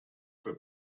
for